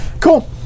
Cool